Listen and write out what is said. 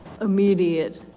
immediate